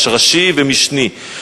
יש ראשי ומשני.